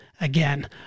again